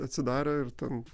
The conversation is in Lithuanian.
atsidarė ir ten